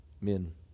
Men